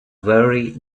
warri